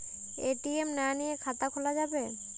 ATM না নিয়ে খাতা খোলা যাবে?